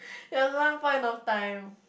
there was one point of time